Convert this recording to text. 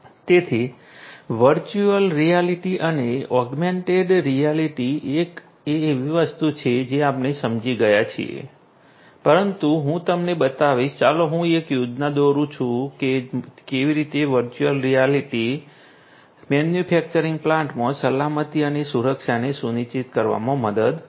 તેથી virtual reality અને augmented reality એ એવી વસ્તુ છે જે આપણે સમજી ગયા છીએ પરંતુ હું તમને બતાવીશ ચાલો હું એક યોજના દોરું કે કેવી રીતે વર્ચ્યુઅલ રિયાલિટી મેન્યુફેક્ચરિંગ પ્લાન્ટમાં સલામતી અને સુરક્ષાને સુનિશ્ચિત કરવામાં મદદ કરશે